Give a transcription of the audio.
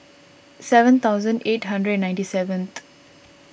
seven thousand eight hundred and ninety seven